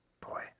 Boy